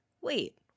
Wait